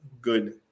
good